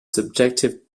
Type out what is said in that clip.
subjective